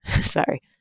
Sorry